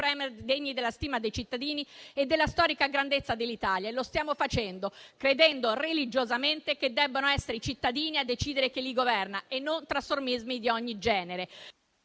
degni della stima dei cittadini e della storica grandezza dell'Italia. E lo stiamo facendo, credendo religiosamente che debbano essere i cittadini a decidere chi li governa e non trasformismi di ogni genere.